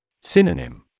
Synonym